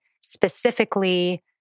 specifically